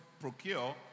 procure